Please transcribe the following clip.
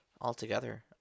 altogether